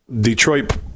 Detroit